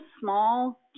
small